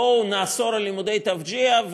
בואו נאסור לימודי תווג'יה,